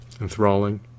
enthralling